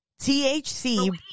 THC